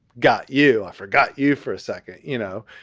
got you. i forgot you for a second. you know,